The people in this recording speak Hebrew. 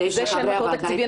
זה שאין מקור תקציבי,